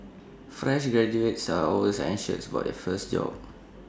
fresh graduates are always anxious about their first job